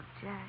Jack